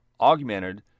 augmented